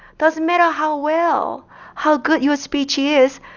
doesn't matter how well how good your speech is,